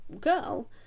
girl